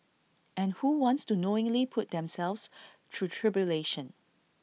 and who wants to knowingly put themselves through tribulation